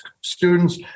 students